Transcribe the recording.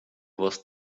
was